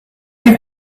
you